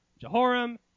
Jehoram